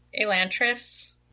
Elantris